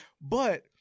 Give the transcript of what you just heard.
but-